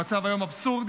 המצב היום אבסורדי,